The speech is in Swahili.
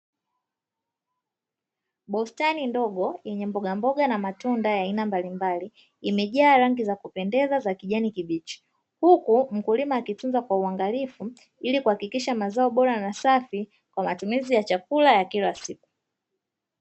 Bustani ndogo yenye mbogamboga na matunda ya aina mbalimbali, imejaa rangi za kupendeza za kijani kibichi, huku mkulima akitunza kwa uangalifu ili kuhakikisha mazao bora na safi kwaajili ya matumizi ya kila siku.